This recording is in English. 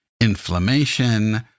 inflammation